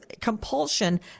compulsion